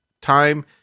time